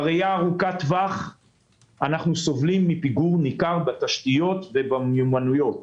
בראייה ארוכת-טווח אנחנו סובלים מפיגור ניכר בתשתיות ובמיומנויות.